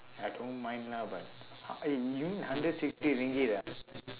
I don't mind lah but how eh you mean hundred sixty ringgit ah